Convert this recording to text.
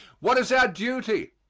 what is our duty?